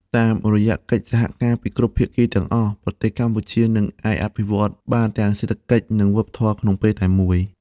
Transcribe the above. តាមរយៈកិច្ចសហការពីគ្រប់ភាគីទាំងអស់ ប្រទេសកម្ពុជានឹងអាចអភិវឌ្ឍបានទាំងសេដ្ឋកិច្ចនិងវប្បធម៌ក្នុងពេលតែមួយ។